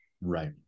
right